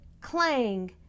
Clang